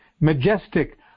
majestic